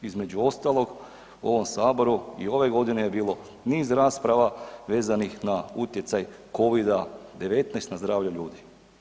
Između ostalog, u ovom saboru i ove godine je bilo niz rasprava vezanih na utjecaj Covida-19 na zdravlje ljudi.